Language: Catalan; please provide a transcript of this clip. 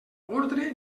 ordre